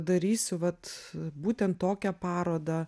darysiu vat būtent tokią parodą